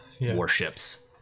warships